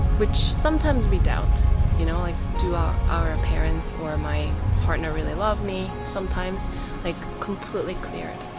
which sometimes we don't you know, like do our our parents or my partner really love me sometimes like completely cleared